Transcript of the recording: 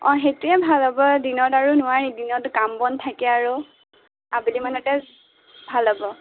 অঁ সেইটোয়ে ভাল হ'ব দিনত আৰু নোৱাৰি দিনত কাম বন থাকে আৰু আবেলি মানতে ভাল হ'ব